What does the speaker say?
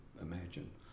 imagine